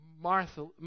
Martha